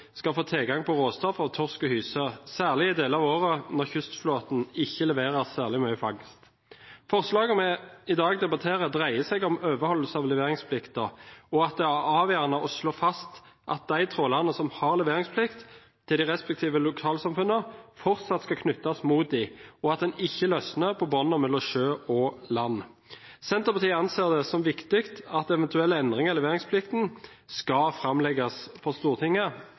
skal få tilgang på råstoff av torsk og hyse, særlig i deler av året når kystflåten ikke leverer særlig mye fangst. Forslagene vi i dag debatterer, dreier seg om overholdelse av leveringsplikten, og at det er avgjørende å slå fast at de trålerne som har leveringsplikt til de respektive lokalsamfunnene, fortsatt skal knyttes mot dem, og at man ikke løsner på båndene mellom sjø og land. Senterpartiet anser det som viktig at eventuelle endringer i leveringsplikten skal framlegges for Stortinget